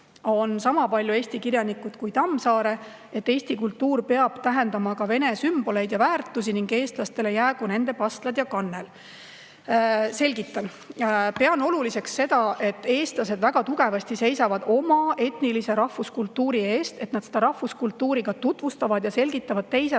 on sama palju eesti kirjanikud kui Tammsaare; et eesti kultuur peab tähendama ka vene sümboleid ja väärtusi ning eestlastele jäägu nende pastlad ja kannel?" Selgitan. Pean oluliseks seda, et eestlased seisavad väga tugevasti oma etnilise rahvuskultuuri eest, et nad seda rahvuskultuuri ka tutvustavad ja selgitavad teise rahvuskultuuri